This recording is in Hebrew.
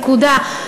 נקודה.